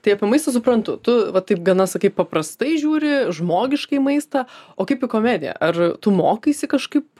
tai apie maistą suprantu tu va taip gana sakai paprastai žiūri žmogiškai į maistą o kaip į komediją ar tu mokaisi kažkaip